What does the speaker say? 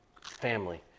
family